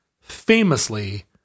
famously